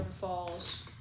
Falls